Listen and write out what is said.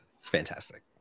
Fantastic